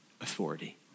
authority